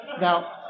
Now